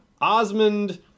Osmond